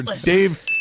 Dave